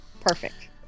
Perfect